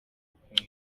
ukuntu